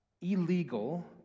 illegal